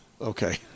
okay